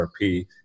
RP